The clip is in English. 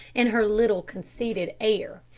and her little, conceited air,